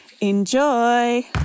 Enjoy